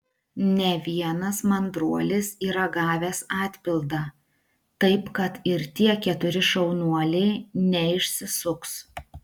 ne vienas mandruolis yra gavęs atpildą taip kad ir tie keturi šaunuoliai neišsisuks